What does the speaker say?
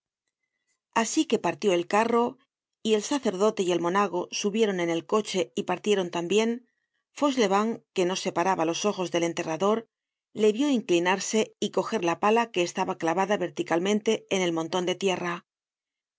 asi que partió el carro y el sacerdote y el monago subieron en el coche y partieron tambien fauchelevent que no separaba los ojos del enterrador le vió inclinarse y coger la pala que estaba clavada verlicalmente en el monton de tierra